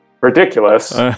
ridiculous